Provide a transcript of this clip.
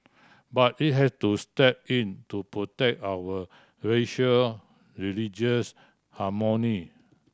but it has to step in to protect our racial religious harmony